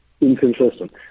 inconsistent